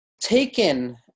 taken